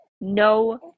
no